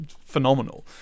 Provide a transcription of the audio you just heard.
phenomenal